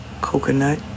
coconut